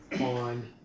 on